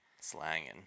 Slanging